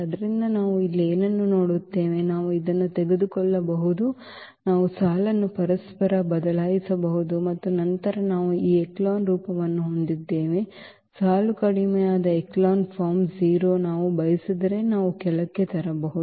ಆದ್ದರಿಂದ ನಾವು ಇಲ್ಲಿ ಏನನ್ನು ನೋಡುತ್ತೇವೆ ನಾವು ಇದನ್ನು ತೆಗೆದುಕೊಳ್ಳಬಹುದು ನಾವು ಸಾಲನ್ನು ಪರಸ್ಪರ ಬದಲಾಯಿಸಬಹುದು ಮತ್ತು ನಂತರ ನಾವು ಈ ಎಚೆಲಾನ್ ರೂಪವನ್ನು ಹೊಂದಿದ್ದೇವೆ ಸಾಲು ಕಡಿಮೆಯಾದ ಎಚೆಲಾನ್ ಫಾರ್ಮ್ 0 ನಾವು ಬಯಸಿದರೆ ನಾವು ಕೆಳಕ್ಕೆ ತರಬಹುದು